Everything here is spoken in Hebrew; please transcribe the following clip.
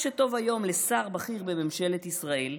מה שטוב היום לשר בכיר בממשלת ישראל,